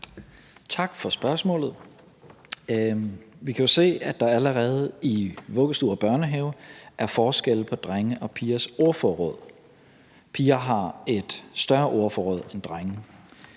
Tak for spørgsmålet. Vi kan jo se, at der allerede i vuggestue og børnehave er forskelle på drenges og pigers ordforråd. Piger har et større ordforråd end drenge.